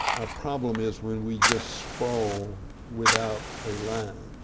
our problem is when we just sprawl without a line,